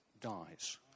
dies